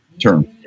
term